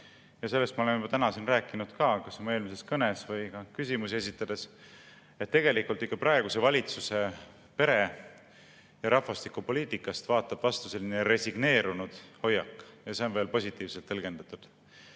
– sellest ma olen täna siin rääkinud ka, kas oma eelmises kõnes või küsimusi esitades –, et tegelikult praeguse valitsuse pere‑ ja rahvastikupoliitikast vaatab vastu selline resigneerunud hoiak. See on veel positiivselt tõlgendatud.